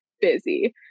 busy